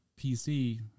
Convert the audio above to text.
PC